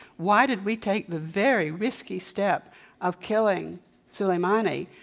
why did we take the very risky step of killing soleimani,